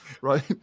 Right